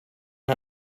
and